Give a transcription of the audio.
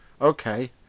okay